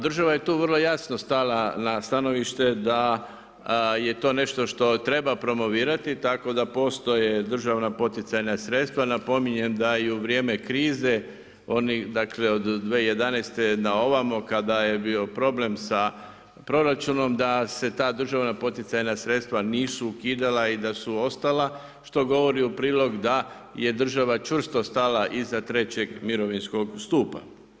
Država je tu vrlo jasno stala na stanovište da je to nešto treba promovirati, tako da postoje državna poticajna sredstva, napominjem da i u vrijeme krize, dakle od 2011. na ovamo, kada je bio problem sa proračunom, da se ta državna poticajna sredstva nisu ukidala i da su ostala, što govori u prilog da je država čvrsto stala iza trećeg mirovinskog stupa.